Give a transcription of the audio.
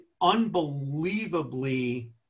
unbelievably